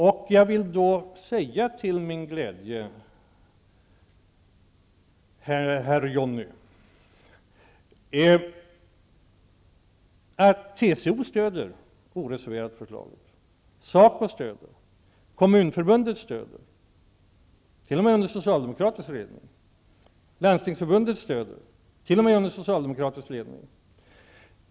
Till min glädje kan jag säga, Johnny Ahlqvist, att TCO oreserverat stöder förslaget. SACO stöder det, och Kommunförbundet stöder det, t.o.m. under socialdemokratisk ledning, Landstingsförbundet stöder det, t.o.m. under socialdemokratisk ledning.